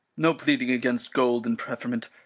no pleading against gold and preferment.